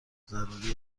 ضروری